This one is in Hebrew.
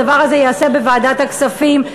הדבר הזה ייעשה בוועדת הכספים,